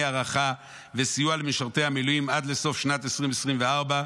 הארחה וסיוע למשרתי המילואים עד לסוף שנת 2024,